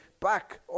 back